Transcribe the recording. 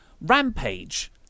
Rampage